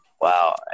Wow